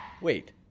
Wait